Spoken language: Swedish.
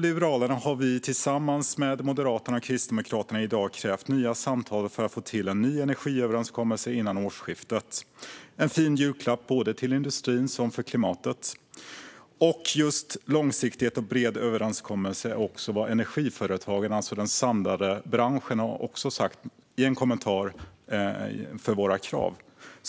Liberalerna har därför tagit initiativ till att, tillsammans med Moderaterna och Kristdemokraterna, kräva nya samtal för att få till en ny överenskommelse före årsskiftet. Det vore en fin julklapp till såväl industrin som klimatet. Just långsiktighet och en bred överenskommelse är vad energiföretagen, alltså den samlade branschen, har sagt i en kommentar till våra krav.